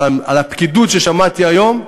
אבל מהפקידות, מה ששמעתי היום,